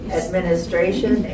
administration